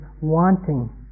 wanting